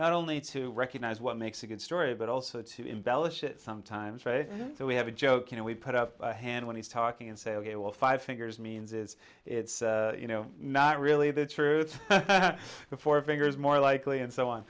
not only to recognize what makes a good story but also to embellish it sometimes so we have a joke and we put up a hand when he's talking and say ok well five fingers means is it's you know not really the truth before bigger is more likely and so on